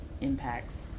impacts